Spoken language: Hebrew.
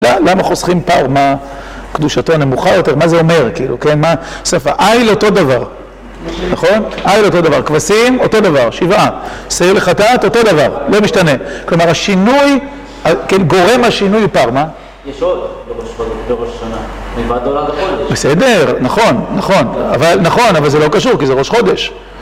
למה חוסכים פרמה, קדושתו הנמוכה יותר, מה זה אומר, כאילו, כן, מה, שפה, אי לאותו דבר, נכון? אי לאותו דבר, כבשים, אותו דבר, שבעה, שעיר לחטאת, אותו דבר, לא משתנה, כלומר השינוי, כן, גורם השינוי פרמה. יש עוד, לראש חודש, לראש שנה. בסדר, נכון, נכון, אבל, נכון, אבל זה לא קשור, כי זה ראש חודש.